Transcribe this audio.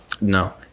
No